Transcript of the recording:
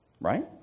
Right